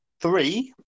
three